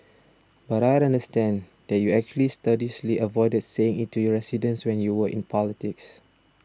but I understand that you actually studiously avoided saying it to your residents when you were in politics